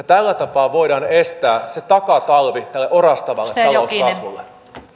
tällä tapaa voidaan estää se takatalvi tälle orastavalle talouskasvulle